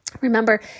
Remember